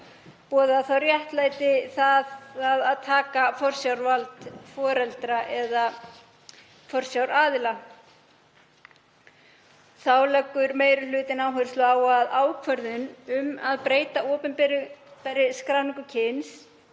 að þessu leyti forsjárvald foreldra eða forsjáraðila. Þá leggur meiri hlutinn áherslu á að ákvörðun um að breyta opinberri skráningu kyns